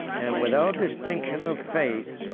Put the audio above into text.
and, without distinction of faith,